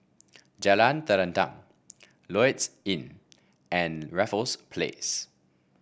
Jalan Terentang Lloyds Inn and Raffles Place